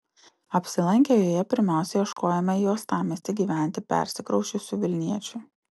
apsilankę joje pirmiausia ieškojome į uostamiestį gyventi persikrausčiusių vilniečių